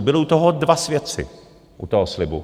Byli u toho dva svědci, u toho slibu.